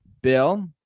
Bill